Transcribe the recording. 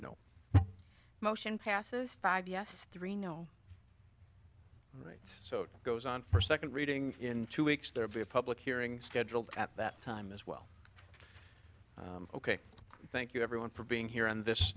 no motion passes five yes three no right so it goes on for second reading in two weeks there be a public hearing scheduled at that time as well ok thank you everyone for being here on this